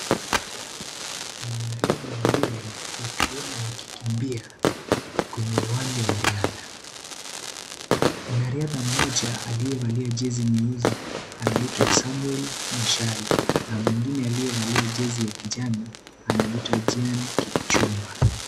Ni wanariadha wawili wakiwemo wakikimbia kwenye uwanja wa riadha. Mwanariadha mmoja aliyevalia jezi nyeusi anaitwa Samwel Muchai na mwengine aliyevalia jezi ya kijani anitwa Jane Kipchumba.